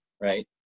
right